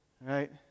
right